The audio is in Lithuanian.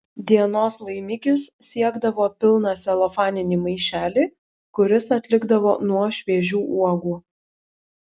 dienos laimikis siekdavo pilną celofaninį maišelį kuris atlikdavo nuo šviežių uogų